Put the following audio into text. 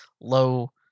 low